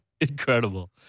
incredible